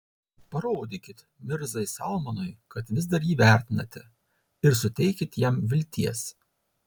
parodykit mirzai salmanui kad vis dar jį vertinate ir suteikit jam vilties